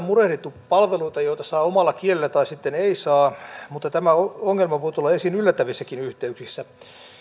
murehdittu palveluita joita saa omalla kielellä tai sitten ei saa mutta tämä ongelma voi tulla esiin yllättävissäkin yhteyksissä